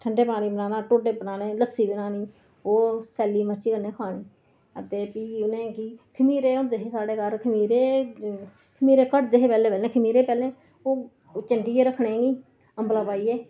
ठंडा पानी बनाना ढोडे बनाना लस्सी बनानी ओह् सैली मर्चें कन्ने खानी आ ते फ्ही एह् ऐ कि खमीरे हुंदे हे साढ़े घर खमीरे खमीरे कटदे हे पैहले पैहले ओह् चंडिये रक्खने उनेंगी अम्बला पाइयै